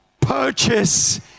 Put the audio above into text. purchase